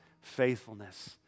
faithfulness